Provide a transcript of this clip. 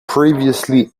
previously